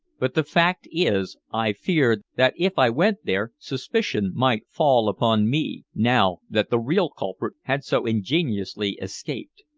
but the fact is i feared that if i went there suspicion might fall upon me, now that the real culprit had so ingeniously escaped.